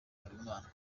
habimana